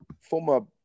former